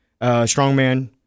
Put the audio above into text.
Strongman